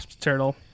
turtle